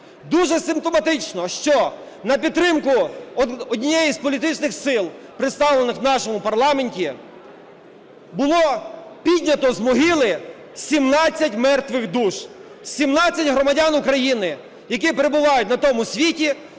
Дуже симптоматично, що на підтримку однієї з політичних сил представлених в нашому парламенті було піднято з могили 17 мертвих душ. 17 громадян України, які перебувають на тому світі,